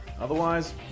Otherwise